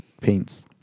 paints